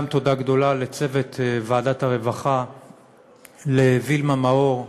גם תודה גדולה לצוות ועדת הרווחה, לווילמה מאור,